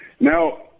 Now